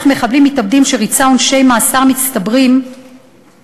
מחבלים מתאבדים שריצה עונשי מאסר מצטברים רבים,